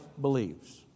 believes